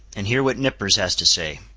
and hear what nippers has to say.